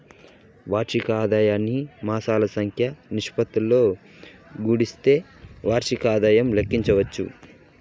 వార్షిక ఆదాయాన్ని మాసాల సంఖ్య నిష్పత్తితో గుస్తిస్తే వార్షిక ఆదాయం లెక్కించచ్చు